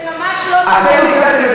זה ממש לא נכון.